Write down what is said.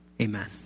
Amen